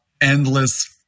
endless